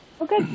Okay